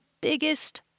biggest